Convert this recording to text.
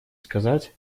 сказать